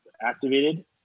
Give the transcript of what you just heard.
activated